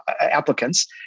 applicants